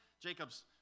Jacob's